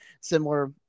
similar